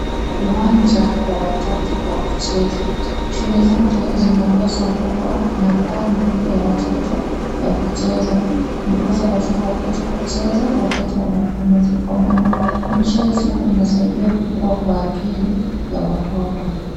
Uwanja wa watoto wa kucheza. Shule zote zinapaswa kuwa na pande ya watoto ya kucheza ndiposa watoto wapate kucheza wakati wa mapumziko maana mchezo inasaidia kukua kwa akili ya watoto.